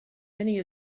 many